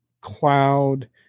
cloud